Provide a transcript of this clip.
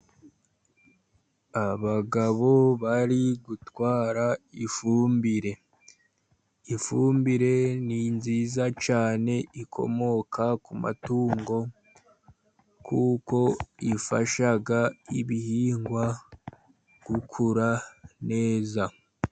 Abagabo bari gutwara ifumbire. Ifumbire ni nziza cyane, ikomoka ku matungo kuko ifasha ibihingwa gukura neza.